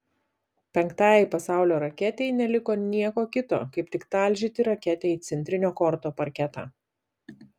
penktajai pasaulio raketei neliko nieko kito kaip tik talžyti raketę į centrinio korto parketą